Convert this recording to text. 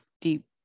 deep